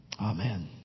Amen